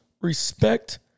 respect